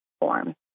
form